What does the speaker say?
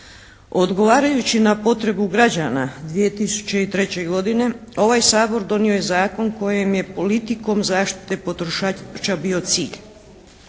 Odgovarajući na potrebu građana 2003. ovaj Sabor donio je zakon kojem je politikom zaštite potrošača bio cilj.